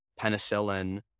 penicillin